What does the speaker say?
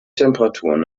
temperaturen